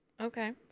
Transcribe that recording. Okay